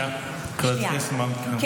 שנייה, חברת הכנסת מלקו, תני לה לסיים.